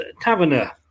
Taverner